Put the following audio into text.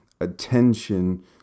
attention